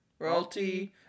ralty